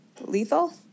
lethal